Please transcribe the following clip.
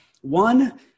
One